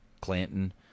Clanton